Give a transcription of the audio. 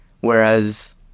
whereas